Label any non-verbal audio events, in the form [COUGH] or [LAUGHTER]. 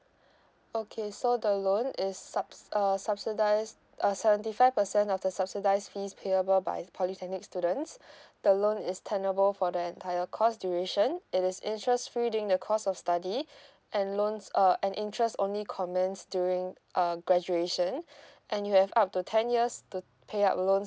[BREATH] okay so the loan is subs err subsidised uh seventy five percent of the subsidised fees payable by the polytechnic students [BREATH] the loan is tenable for the entire course duration it is interest free during the course of study [BREATH] and loans uh and interest only commence during uh graduation [BREATH] and you have up to ten years to pay up the loans